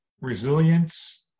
Resilience